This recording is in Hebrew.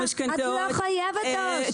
עו"ש, משכנתאות, צ'קים.